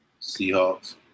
Seahawks